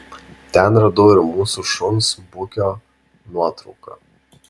ten radau ir mūsų šuns bukio nuotrauką